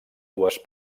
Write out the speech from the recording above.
dues